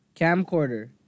camcorder